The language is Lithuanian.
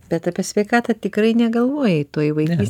bet apie sveikatą tikrai negalvojai toj vaikystėj